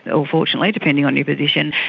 or fortunately depending on your position,